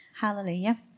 Hallelujah